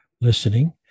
listening